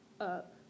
up